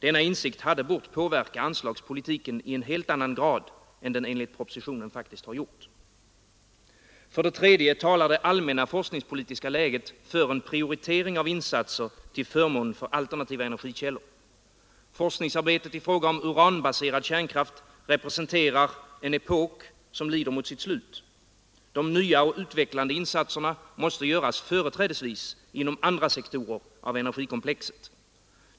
Denna insikt hade bort påverka anslagspolitiken i helt annan grad än den enligt propositionen faktiskt gjort. För det tredje talar det allmänna forskningspolitiska läget för en prioritering av insatser till förmån för alternativa energikällor. Forskningsarbetet i fråga om uranbaserad kärnkraft representerar en epok som lider mot sitt slut. De nya och utvecklande insatserna måste göras företrädesvis inom andra sektorer av energikomplexet.